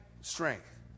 strength